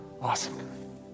Awesome